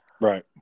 right